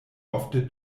ofte